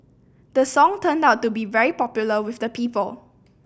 the song turned out to be very popular with the people